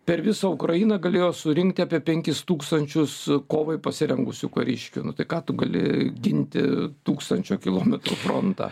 per visą ukrainą galėjo surinkti apie penkis tūkstančius kovai pasirengusių kariškių nu tai ką tu gali ginti tūkstančio kilometrų frontą